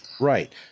Right